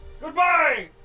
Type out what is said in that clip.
Goodbye